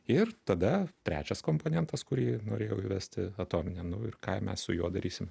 ir tada trečias komponentas kurį norėjau įvesti atominę ir ką mes su juo darysim